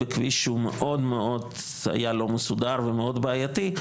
בכביש שהוא מאוד מאוד לא מסודר ומאוד בעייתי.